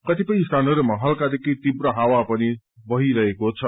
कतिपय सीीनहरूमा हलकादेखि तीव्र हावा पनि बहिरहेको छ